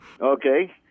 Okay